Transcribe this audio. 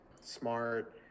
smart